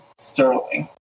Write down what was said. Sterling